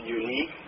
unique